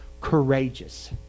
courageous